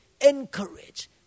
encourage